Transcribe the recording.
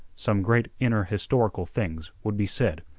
some great inner historical things would be said.